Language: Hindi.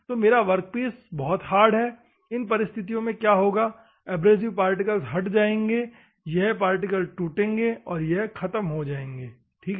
तो मेरा वर्कपीस बहुत हार्ड है इन स्थितियों में क्या होगा एब्रेसिव पार्टिकल हट जायेंगे यह पार्टिकल टूटेंगे और यह खत्म हो जाएंगे ठीक है